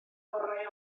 gorau